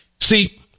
See